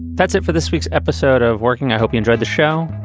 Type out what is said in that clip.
that's it for this week's episode of working, i hope you enjoyed the show,